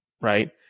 right